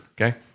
okay